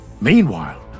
Meanwhile